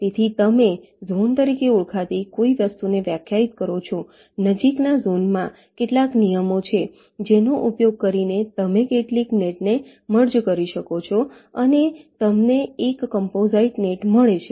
તેથી તમે ઝોન તરીકે ઓળખાતી કોઈ વસ્તુને વ્યાખ્યાયિત કરો છો નજીકના ઝોનમાં કેટલાક નિયમો છે જેનો ઉપયોગ કરીને તમે કેટલીક નેટને મર્જ કરી શકો છો અને તમને એક કોમ્પોસાઇટ નેટ મળે છે